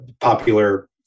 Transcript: popular